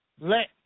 let